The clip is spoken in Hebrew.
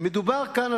הערה אחת על